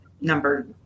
number